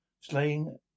slaying